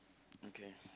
okay